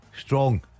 Strong